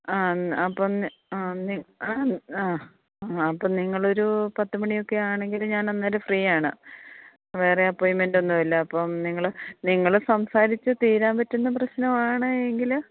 ആ അന്ന് അപ്പം അന്ന് ആ അന്ന് ആ അപ്പം നിങ്ങൾ ഒരു പത്തുമണിയൊക്കെ ആണെങ്കിലും ഞാൻ അന്ന് ഒരു ഫ്രീ ആണ് വേറെ അപ്പോയിൻറ്മെൻ്റ് ഒന്നുമില്ല അപ്പം നിങ്ങൾ നിങ്ങൾ സംസാരിച്ചു തീരാൻ പറ്റുന്ന പ്രശ്നം ആണെങ്കിൽ